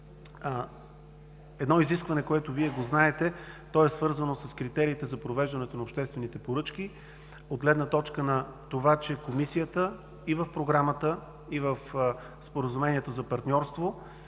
едно изискване, което знаете. То е свързано с критериите за провеждането на обществените поръчки от гледна точка, че Комисията в Програмата и в Споразумението за партньорство